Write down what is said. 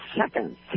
seconds